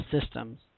systems